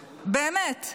באמת,